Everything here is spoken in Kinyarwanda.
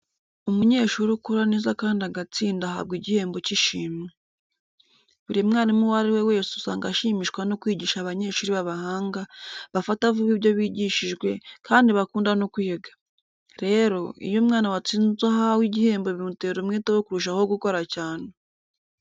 Umunyeshuri ukora neza kandi agatsinda ahabwa igihembo cy'ishimwe. Buri mwarimu uwo ari we wese usanga ashimishwa no kwigisha abanyeshuri b'abahanga, bafata vuba ibyo bigishijwe, kandi bakunda no kwiga. Rero, iyo umwana watsinze ahawe igihembo bimutera umwete wo kurushaho gukora cyane.